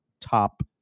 top